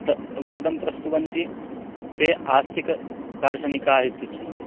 तत् वादं प्रस्तुवन्ति ते आस्तिकदार्शनिकाः इत्युच्यन्ते